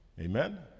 Amen